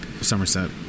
Somerset